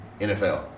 NFL